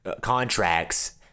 contracts